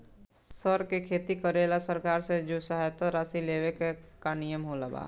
सर के खेती करेला सरकार से जो सहायता राशि लेवे के का नियम बा?